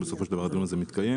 ובסופו של דבר הדיון הזה מתקיים.